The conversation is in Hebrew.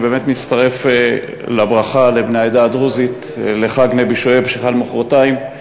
אני בהחלט מצטרף לברכה לבני העדה לדרוזית לחג נבי שועייב שחל מחרתיים.